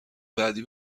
بعدی